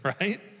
right